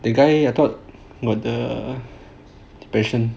the guy I thought got the depression